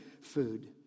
food